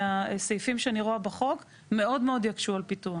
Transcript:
מהסעיפים שאני רואה בחוק מאוד מאוד יקשו על פיתוח.